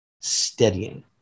Steadying